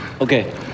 Okay